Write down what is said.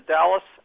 Dallas